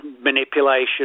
manipulation